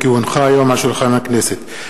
כי הונחה היום על שולחן הכנסת,